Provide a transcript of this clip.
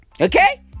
Okay